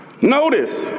Notice